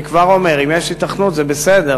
אני כבר אומר שאם יש היתכנות זה בסדר,